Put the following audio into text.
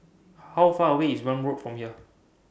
How Far away IS Welm Road from here